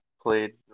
played